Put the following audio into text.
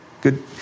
Good